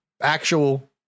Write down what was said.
actual